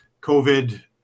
COVID